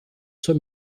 zur